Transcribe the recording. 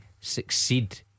succeed